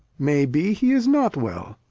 may be he is not well.